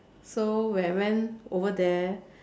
so when I went over there